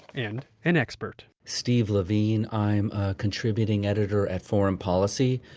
and an expert steve levine. i'm a contributing editor at foreign policy.